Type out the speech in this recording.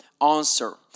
answer